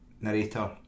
narrator